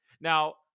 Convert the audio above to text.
Now